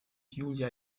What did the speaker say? julia